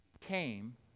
came